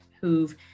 who've